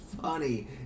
funny